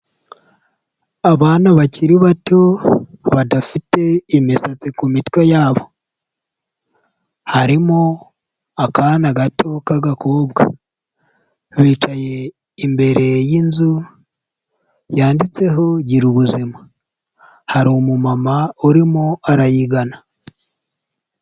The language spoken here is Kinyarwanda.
Abana bakiri bato badafite imisatsi ku mitwe yabo, harimo akana gato k'agakobwa. Bicaye imbere y'inzu yanditseho gira ubuzima, hari umu mama urimo arayigana.